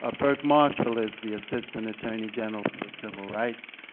ah berk marshall is the assistant attorney general for the civil rights.